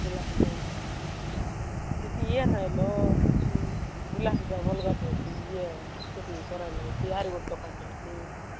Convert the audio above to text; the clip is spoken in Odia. ଗୁଲାବଜାମୁନ୍ ଏଠି ଇଏ ନାଇଁ ଲୋ ଗୁଲାବଜାମୁନ୍ ଅଲଗାଟେ ଅଛି ଇଏ ସେଠି କରାଇନେ ଅଛି ଆର ଗୋଟେ ଦୋକାନରେ ଅଛି